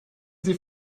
sie